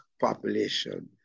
population